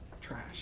Trash